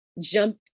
jump